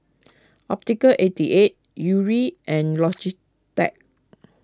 Optical eighty eight Yuri and Logitech